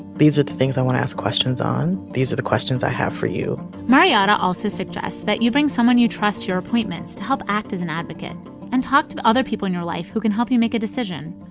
these are the things i want ask questions on. these are the questions i have for you mariotta also suggests that you bring someone you trust your appointments to help act as an advocate and talk to other people in your life who can help you make a decision.